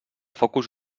focus